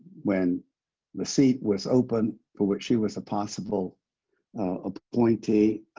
when the seat was open for which she was a possible appointee,